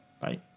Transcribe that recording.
Bye